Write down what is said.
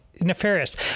Nefarious